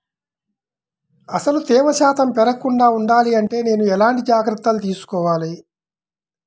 అసలు తేమ శాతం పెరగకుండా వుండాలి అంటే నేను ఎలాంటి జాగ్రత్తలు తీసుకోవాలి?